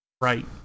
Right